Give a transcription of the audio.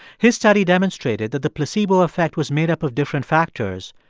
his study demonstrated that the placebo effect was made up of different factors,